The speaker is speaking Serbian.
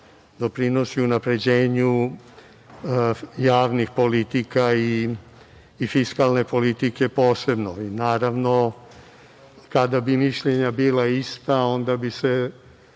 doprinosi unapređenju javnih politika i fiskalne politike posebno. Naravno, kada bi mišljenja bila ista onda bi se,